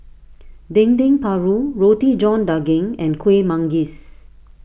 Dendeng Paru Roti John Daging and Kuih Manggis